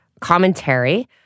commentary